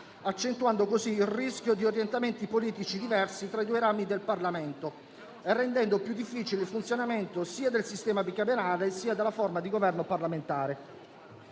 accentuando così il rischio di orientamenti politici diversi tra i due rami del Parlamento e rendendo più difficile il funzionamento sia del sistema bicamerale sia della forma di Governo parlamentare.